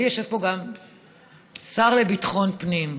עמד כאן השר ארדן ודיבר בלהט,